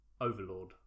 Overlord